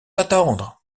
attendre